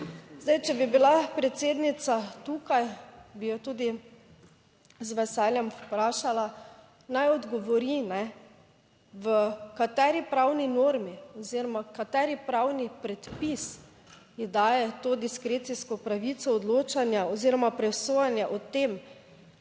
če bi bila predsednica tukaj, bi jo tudi z veseljem vprašala, naj odgovori v kateri pravni normi oziroma kateri pravni predpis ji daje to diskrecijsko pravico odločanja oziroma presojanja o tem,